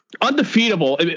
undefeatable